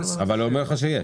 אבל הוא אומר לך שיש,